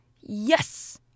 Yes